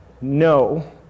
No